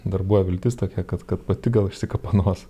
dar buvo viltis tokia kad kad pati gal išsikapanos